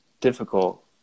difficult